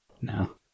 No